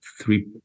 three